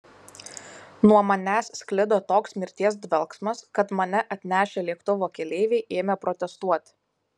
nuo manęs sklido toks mirties dvelksmas kad mane atnešę lėktuvo keleiviai ėmė protestuoti